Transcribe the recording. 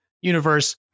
universe